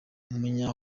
umunya